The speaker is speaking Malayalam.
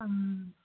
ആ